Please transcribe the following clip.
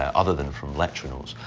other than from lecture notes,